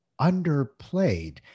underplayed